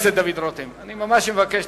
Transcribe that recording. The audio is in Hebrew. חבר הכנסת דוד רותם, אני ממש מבקש.